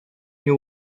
nie